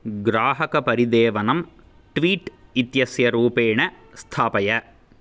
ग्राहकपरिदेवनं tweet इत्यस्य रूपेण स्थापय